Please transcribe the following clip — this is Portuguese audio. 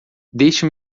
deixe